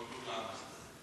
התרבות והספורט